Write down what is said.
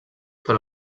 per